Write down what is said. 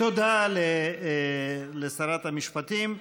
תודה לשרת המשפטים.